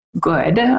Good